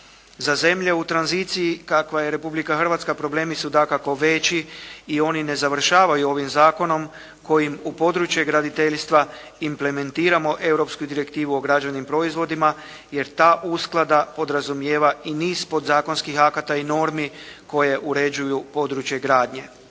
Za zemlje u tranziciji kakva je Republika Hrvatska problemi su dakako veći i oni ne završavaju ovim zakonom kojim u područje graditeljstva implementiramo europsku direktivu o građevnim proizvodima jer ta usklada podrazumijeva i niz podzakonskih akata i normi koje uređuju područje gradnje.